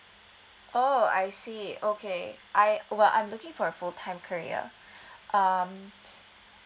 oh I see okay I while I'm looking for full time career um